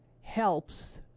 Helps